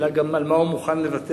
אלא גם על מה הוא מוכן לוותר,